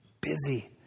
busy